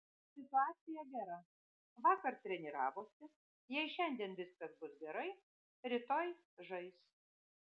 situacija gera vakar treniravosi jei šiandien viskas bus gerai rytoj žais